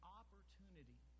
opportunity